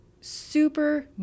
super